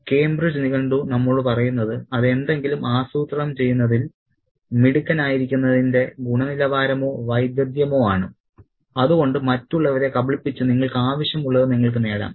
Cambridge നിഘണ്ടു നമ്മോട് പറയുന്നത് അത് എന്തെങ്കിലും ആസൂത്രണം ചെയ്യുന്നതിൽ മിടുക്കനായിരിക്കുന്നതിന്റെ ഗുണനിലവാരമോ വൈദഗ്ധ്യമോ ആണ് അതുകൊണ്ട് മറ്റുള്ളവരെ കബളിപ്പിച്ച് നിങ്ങൾക്ക് ആവശ്യമുള്ളത് നിങ്ങൾക്ക് നേടാം